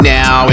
now